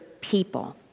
people